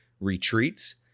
retreats